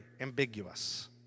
ambiguous